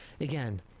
again